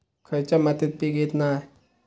खयच्या मातीत पीक येत नाय?